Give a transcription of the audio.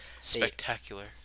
Spectacular